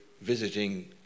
visiting